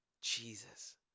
Jesus